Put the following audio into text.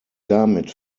damit